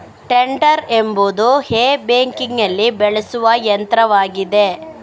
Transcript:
tedder ಎಂಬುದು hay ಮೇಕಿಂಗಿನಲ್ಲಿ ಬಳಸುವ ಯಂತ್ರವಾಗಿದೆ